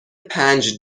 پنج